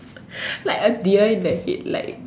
like a deer in the head like